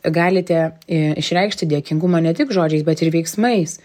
galite išreikšti dėkingumą ne tik žodžiais bet ir veiksmais